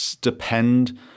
depend